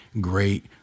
great